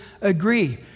agree